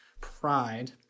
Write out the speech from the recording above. pride